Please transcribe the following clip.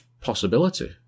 possibility